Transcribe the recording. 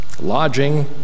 lodging